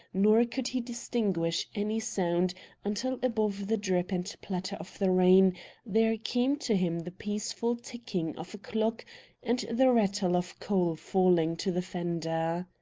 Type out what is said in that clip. nor could he distinguish any sound until above the drip and patter of the rain there came to him the peaceful ticking of a clock and the rattle of coal falling to the fender.